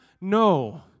No